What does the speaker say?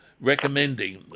recommending